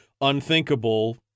unthinkable